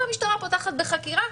והמשטרה פותחת בחקירה.